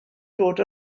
dod